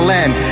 Land